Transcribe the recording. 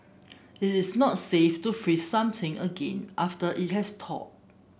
it is not safe to freeze something again after it has thawed